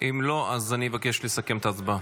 אם לא, אז אני מבקש לסכם את ההצבעה.